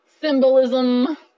Symbolism